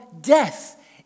death